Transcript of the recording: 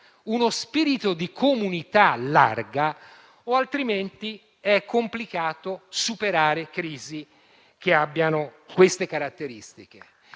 uno spirito di comunità larga, altrimenti è complicato superare crisi che abbiano caratteristiche